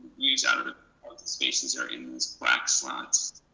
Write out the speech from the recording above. views out and of the spaces are in these black slots.